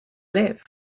live